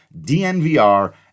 DNVR